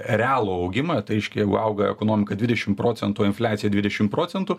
realų augimą tai reiškia jeigu auga ekonomika dvidešim procentų infliacija dvidešim procentų